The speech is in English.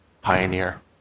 pioneer